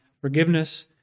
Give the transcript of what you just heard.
forgiveness